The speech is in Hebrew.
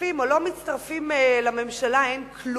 מצטרפים או לא מצטרפים לממשלה, אין כלום.